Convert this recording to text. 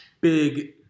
big